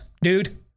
dude